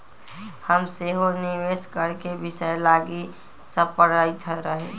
हम सेहो निवेश करेके विषय लागी सपड़इते रही